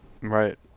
Right